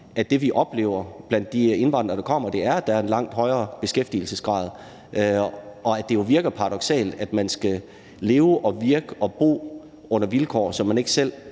at det, vi oplever blandt de indvandrere, der kommer, er, at der er en langt højere beskæftigelsesgrad, og at det virker paradoksalt, hvis man skal leve, virke og bo under vilkår, som man ikke selv